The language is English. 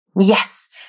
Yes